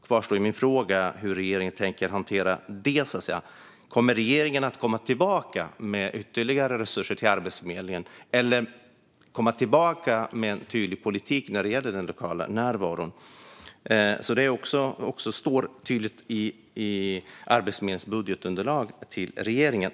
Kommer regeringen att återkomma med ytterligare resurser för detta till Arbetsförmedlingen och med en tydlig politik avseende den lokala närvaron? Det står tydligt om detta i Arbetsförmedlingens budgetunderlag till regeringen.